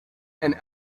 and